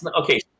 Okay